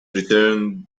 returned